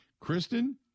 Kristen